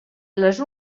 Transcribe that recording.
les